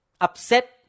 upset